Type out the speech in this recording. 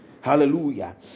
Hallelujah